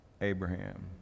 Abraham